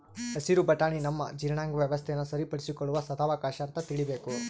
ಹಸಿರು ಬಟಾಣಿ ನಮ್ಮ ಜೀರ್ಣಾಂಗ ವ್ಯವಸ್ಥೆನ ಸರಿಪಡಿಸಿಕೊಳ್ಳುವ ಸದಾವಕಾಶ ಅಂತ ತಿಳೀಬೇಕು